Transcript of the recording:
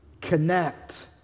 Connect